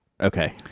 Okay